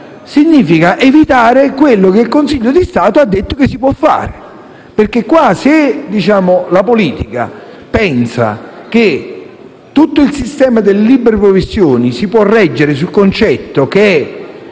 significa evitare quello che il Consiglio di Stato ha detto che si può fare, perché se la politica pensasse che tutto il sistema delle libere professioni si può reggere sul concetto che